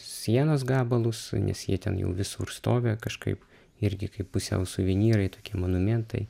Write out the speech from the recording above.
sienos gabalus nes jie ten jau visur stovi kažkaip irgi kaip pusiau suvenyrai tokie monumentai